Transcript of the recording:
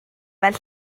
fel